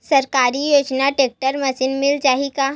सरकारी योजना tractor machine मिल जाही का?